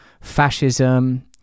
fascism